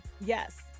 Yes